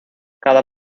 cada